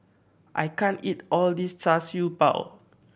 I can't eat all this Char Siew Bao